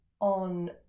on